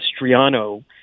mastriano